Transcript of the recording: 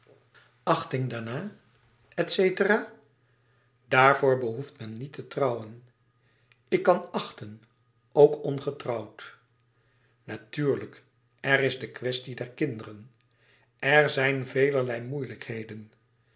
achting daarna etcetera daarvoor behoeft men niet te trouwen ik kan achten ook ongetrouwd natuurlijk er is de kwestie der kinderen er zijn velerlei moeilijkheden